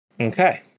Okay